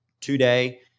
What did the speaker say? today